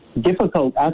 Difficult